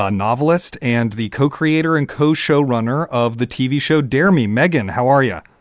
ah novelist and the co creator and co showrunner of the tv show dare me, meghan. how are yeah